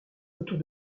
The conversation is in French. autour